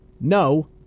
no